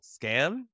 scam